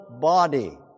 body